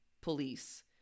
police